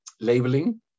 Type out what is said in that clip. labeling